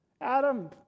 Adam